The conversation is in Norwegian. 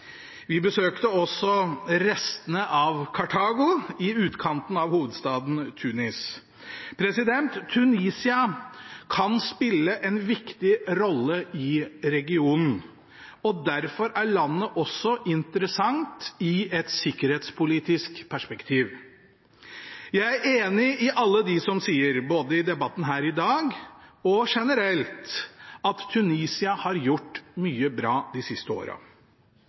Vi besøkte også restene av Kartago i utkanten av hovedstaden Tunis. Tunisia kan spille en viktig rolle i regionen. Derfor er landet også interessant i et sikkerhetspolitisk perspektiv. Jeg er enig med alle dem som sier – både i debatten her i dag og generelt – at Tunisia har gjort mye bra de siste